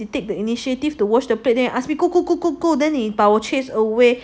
take the intiative to wash the plate then you ask me go go go go then 你把我 chase away